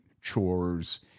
chores